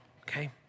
Okay